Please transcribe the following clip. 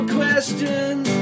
questions